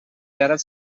terror